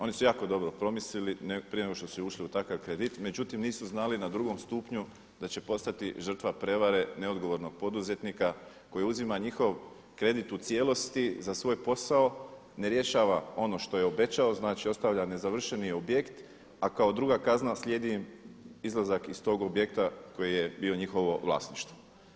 Oni su jako dobro promislili prije nego što su ušli u takav kredit međutim nisu znali na drugom stupnju da će postati žrtva prevare neodgovornog poduzetnika koji uzima njihov kredit u cijelosti za svoj posao, ne rješava ono što je obećao, znači ostavlja nezavršeni objekt, a kao druga kazna slijedi im izlazak iz tog objekta koji je bio njihovo vlasništvo.